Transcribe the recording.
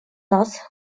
нас